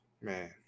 Man